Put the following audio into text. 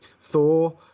Thor